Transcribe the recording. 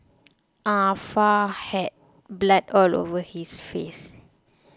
Ah Fa had blood all over his face